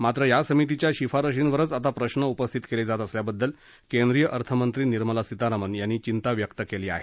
मात्र या समितीच्या शिफारशींवरच आता प्रश्न उपस्थित केले जात असल्याबद्दल केंद्रीय अर्थमंत्री निर्मला सीतारामन यांनी चिंता व्यक्त केली आहे